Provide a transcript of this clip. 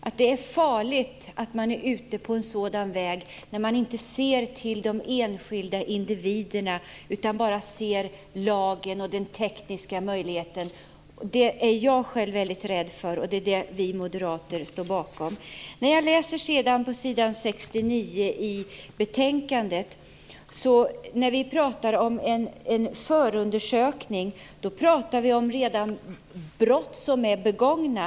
Anser inte justitieministern att det är att vara ute på en farlig väg om man inte ser till de enskilda individerna utan bara ser lagen och den tekniska möjligheten? Det är jag själv väldigt rädd för, och det är det vi moderater står bakom. När vi pratar om en förundersökning pratar vi om brott som redan är begångna.